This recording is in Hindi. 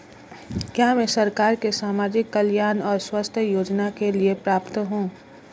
क्या मैं सरकार के सामाजिक कल्याण और स्वास्थ्य योजना के लिए पात्र हूं?